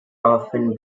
often